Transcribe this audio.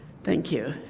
thank you.